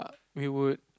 we would